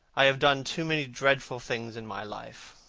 i have done too many dreadful things in my life.